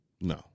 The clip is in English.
no